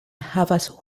havas